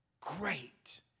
Great